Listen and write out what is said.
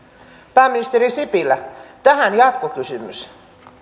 pääministeri sipilä tähän jatkokysymys